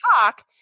talk